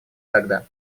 тогда